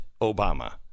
Obama